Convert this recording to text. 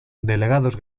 delegados